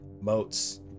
moats